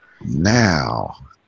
Now